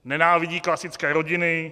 Nenávidí klasické rodiny.